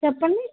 చెప్పండి